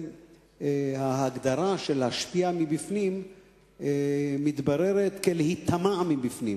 ההגדרה של להשפיע מבפנים מתבררת כלהיטמע מבפנים